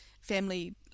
family